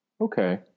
Okay